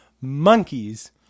monkeys